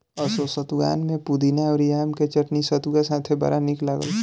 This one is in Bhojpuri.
असो सतुआन में पुदीना अउरी आम के चटनी सतुआ साथे बड़ा निक लागल